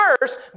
first